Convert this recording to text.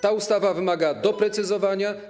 Ta ustawa wymaga doprecyzowania.